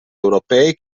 europei